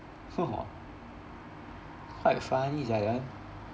quite funny sia that one